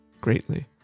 greatly